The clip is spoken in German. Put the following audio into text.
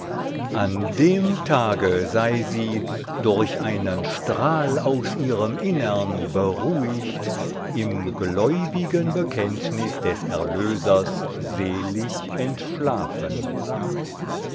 an dem tage sei sie durch einen strahl aus ihrem innern beruhigt im gläubigen bekenntnis des erlösers selig entschlafen